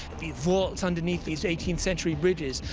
the vaults underneath these eighteenth century bridges,